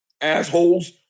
assholes